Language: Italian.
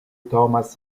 thomas